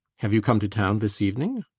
have you come to town this evening?